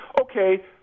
Okay